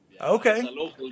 Okay